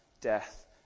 death